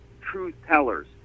truth-tellers